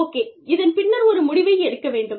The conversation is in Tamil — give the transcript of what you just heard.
ஓகே இதன் பின்னர் ஒரு முடிவை எடுக்க வேண்டும்